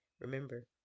Remember